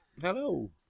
Hello